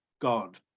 God